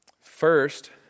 First